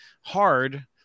hard